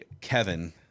Kevin